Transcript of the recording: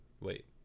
Wait